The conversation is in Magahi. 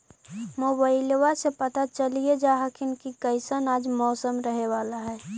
मोबाईलबा से पता चलिये जा हखिन की कैसन आज मौसम रहे बाला है?